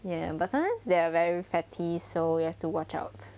ya but sometimes they're very fatty so you have to watch out